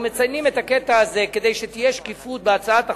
אנחנו מציינים את הקטע הזה כדי שתהיה שקיפות בהצעת החוק.